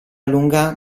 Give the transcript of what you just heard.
lunga